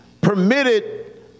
Permitted